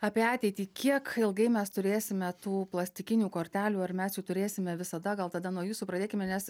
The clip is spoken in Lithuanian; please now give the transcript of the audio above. apie ateitį kiek ilgai mes turėsime tų plastikinių kortelių ar mes jų turėsime visada gal tada nuo jūsų pradėkime nes